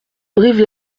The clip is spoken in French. brive